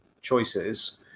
choices